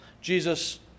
Jesus